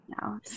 No